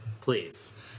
please